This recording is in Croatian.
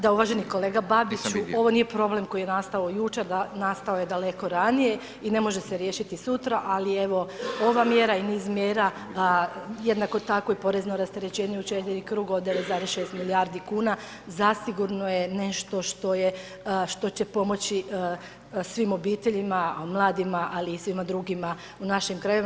Da uvaženi kolega Babiću ovo nije problem koji je nastao jučer, nastao je daleko ranije i ne može se riješiti sutra, ali evo ova mjera i niz mjera, jednako tako i porezno rasterećenje u 4 kruga od 9,6 milijardi kuna zasigurno je nešto što je, što će pomoći svim obiteljima, mladima, ali i svima drugima u našim krajevima.